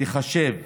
תיחשב